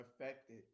affected